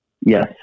Yes